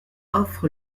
offre